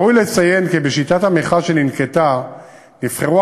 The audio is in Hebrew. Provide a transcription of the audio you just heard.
ראוי לציין כי בשיטת המכרז שננקטה נבחרו